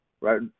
right